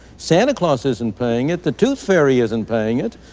santa claus isn't paying it. the tooth fairy isn't paying it.